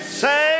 say